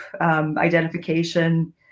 identification